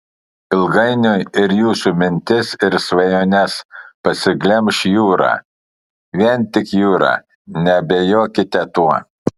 ilgainiui ir jūsų mintis ir svajones pasiglemš jūra vien tik jūra neabejokite tuo